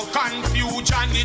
confusion